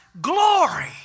glory